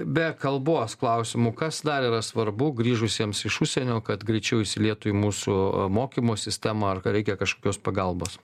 be kalbos klausimų kas dar yra svarbu grįžusiems iš užsienio kad greičiau įsilietų į mūsų mokymo sistemą ar kai reikia kažkokios pagalbos